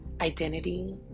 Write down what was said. identity